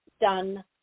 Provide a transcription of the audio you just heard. done